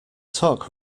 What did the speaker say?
talk